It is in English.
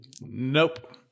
Nope